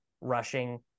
rushing